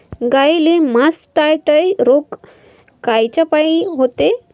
गाईले मासटायटय रोग कायच्यापाई होते?